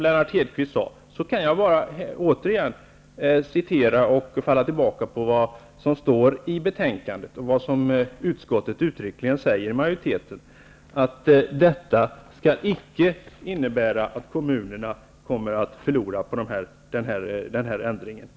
Jag kan då bara falla tillbaka på vad som står i betänkandet och vad utskottets majoritet uttryckligen säger, nämligen att detta icke skall innebära att kommunerna förlorar på förändringen.